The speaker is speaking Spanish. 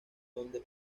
donde